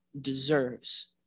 deserves